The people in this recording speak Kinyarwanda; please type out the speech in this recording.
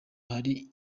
hari